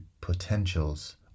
potentials